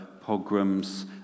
pogroms